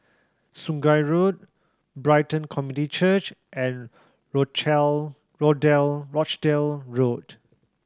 Sungei Road Brighton Community Church and Rochdale Road